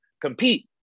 compete